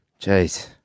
Jeez